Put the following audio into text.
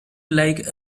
like